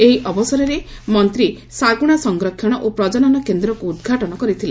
ଏହି ଅବସରରେ ମନ୍ତୀ ଶାଗୁଶା ସଂରକ୍ଷଣ ପ୍ରଜନନ କେନ୍ଦ୍ରକୁ ଉଦ୍ଘାଟନ କରିଥିଲେ